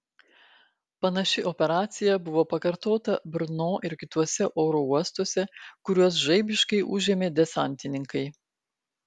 panaši operacija buvo pakartota brno ir kituose oro uostuose kuriuos žaibiškai užėmė desantininkai